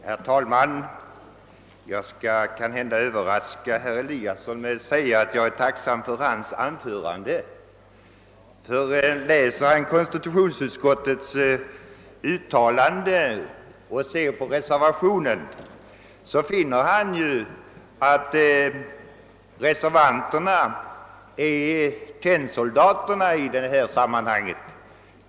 Herr talman! Jag skall kanske överraska herr Eliasson i Sundborn med att säga att jag är tacksam för hans anförande. Om han läser konstitutionsutskottets utlåtande och ser på reservationen finner han ju att reservanterna i detta sammanhang spelar den ståndaktige tennsoldatens roll.